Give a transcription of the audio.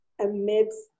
Amidst